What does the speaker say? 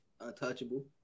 Untouchable